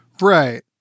Right